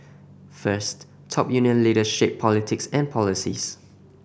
first top union leaders shape politics and policies